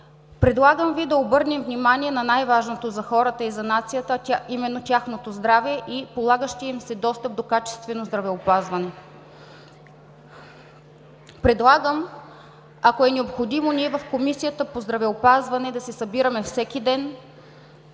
Предлагам Ви да обърнем внимание на най-важното за хората и за нацията – именно тяхното здраве и полагащият им се достъп до качествено здравеопазване. Предлагам, ако е необходимо, ние в Комисията по здравеопазване да се събираме всеки ден,